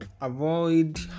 avoid